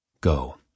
Go